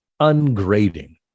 ungrading